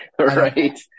right